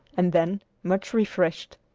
and then, much refreshed,